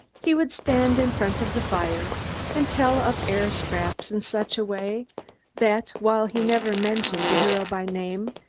he would stand in front of the fire and tell of air-scraps in such a way that, while he never mentioned the hero by name,